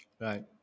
right